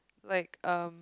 like um